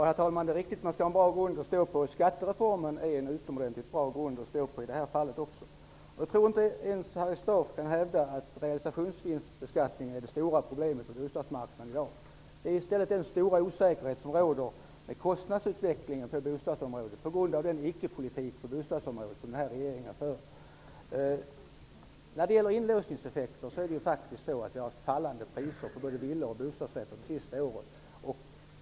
Herr talman! Det är riktigt att man skall ha en bra grund att stå på. Skattereformen är en utomordentligt bra grund att stå på i det här fallet. Jag tror inte att ens Harry Staaf kan hävda att realisationsvinstbeskattningen är det stora problemet på bostadsmarknaden i dag. Problemet är i stället den stora osäkerhet som råder när det gäller kostnadsutvecklingen på bostadsområdet, på grund av den icke-politik som regeringen har fört på bostadsområdet. När det gäller inlåsningseffekterna har vi haft fallande priser på både villor och bostadsrätter det sista året.